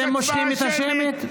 אתם מושכים את השמית?